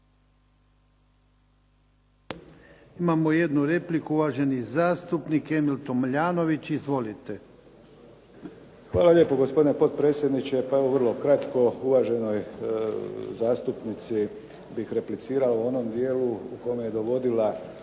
Hvala gospodine potpredsjedniče. Pa evo vrlo kratko, uvaženoj zastupnici bih replicirao u onom dijelu u kojem je dovodila